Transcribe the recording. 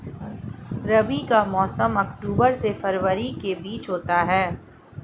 रबी का मौसम अक्टूबर से फरवरी के बीच होता है